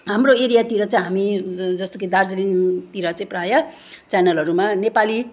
हाम्रो एरियातिर चाहिँ हामी जस्तो कि दार्जिलिङतिर चाहिँ प्रायः च्यानलहरूमा नेपाली